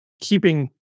keeping